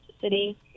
city